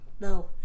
No